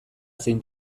zein